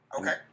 Okay